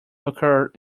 occurred